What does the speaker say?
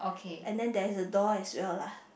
and then there is a door as well lah